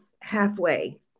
halfway